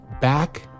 back